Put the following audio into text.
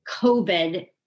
COVID